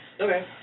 Okay